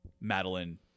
Madeline